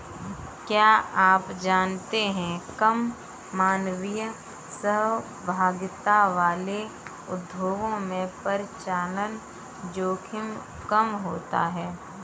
क्या आप जानते है कम मानवीय सहभागिता वाले उद्योगों में परिचालन जोखिम कम होता है?